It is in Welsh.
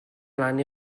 mlaen